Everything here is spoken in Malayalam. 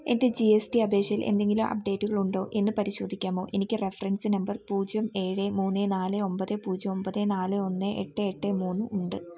എൻ്റെ ജി എസ് ടി അപേക്ഷയിൽ എന്തെങ്കിലും അപ്ഡേറ്റുകൾ ഉണ്ടോ എന്ന് പരിശോധിക്കാമോ എനിക്ക് റഫറൻസ് നമ്പർ പൂജ്യം ഏഴ് മൂന്ന് നാല് ഒൻപത് പൂജ്യം ഒൻപത് നാല് ഒന്ന് എട്ട് എട്ട് മൂന്ന് ഉണ്ട്